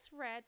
red